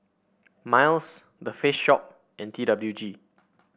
Miles The Face Shop and T W G